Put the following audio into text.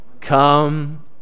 come